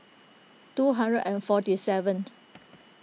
two hundred and forty seventh